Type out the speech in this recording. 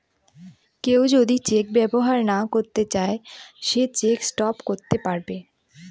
কেউ যদি চেক ব্যবহার না করতে চাই সে চেক স্টপ করতে পারবে